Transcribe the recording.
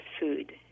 food